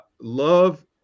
love